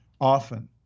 often